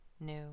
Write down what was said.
new